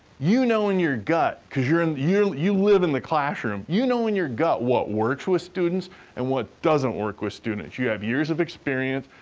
you know in your gut cause and you you live in the classroom, you know in your gut what works with students and what doesn't work with students. you have years of experience.